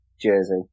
jersey